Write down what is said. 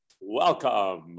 welcome